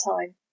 time